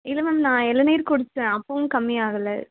இல்லை மேம் நான் இளநீர் குடித்தேன் அப்போவும் கம்மியாகலை